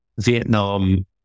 Vietnam